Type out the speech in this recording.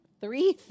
three